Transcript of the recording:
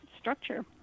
structure